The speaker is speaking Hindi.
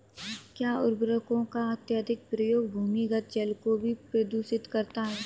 क्या उर्वरकों का अत्यधिक प्रयोग भूमिगत जल को भी प्रदूषित करता है?